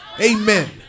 Amen